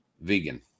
vegan